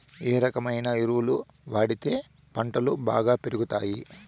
ఏ రకమైన ఎరువులు వాడితే పంటలు బాగా పెరుగుతాయి?